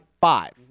five